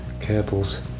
cables